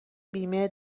بیمه